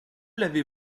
l’avez